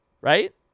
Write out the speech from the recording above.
right